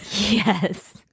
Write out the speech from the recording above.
Yes